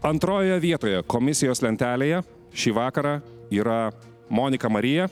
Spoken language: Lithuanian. antrojoje vietoje komisijos lentelėje šį vakarą yra monika marija